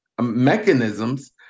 mechanisms